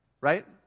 right